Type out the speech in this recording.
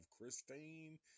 Christine